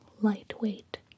lightweight